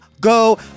go